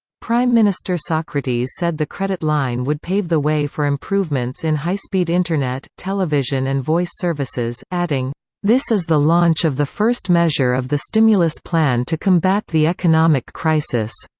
prime minister socrates said the credit line would pave the way for improvements in high-speed internet, television and voice services, adding this is the launch of the first measure of the stimulus plan to combat the economic crisis.